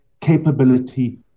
capability